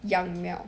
样貌